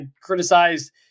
criticized